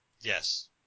Yes